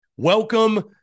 Welcome